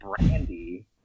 brandy